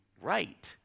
right